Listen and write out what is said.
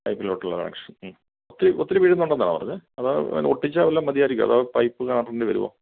പൈപ്പിലോട്ടുള്ള കണക്ഷന് ഒത്തിരി ഒത്തിരി വീഴുന്നുണ്ടെന്നാണോ പറഞ്ഞത് അതോ പിന്നെ ഒട്ടിച്ചാൽ വല്ലോം മതിയായിരിക്കുമോ അതോ പൈപ്പ് മാറ്റേണ്ടി വരുമോ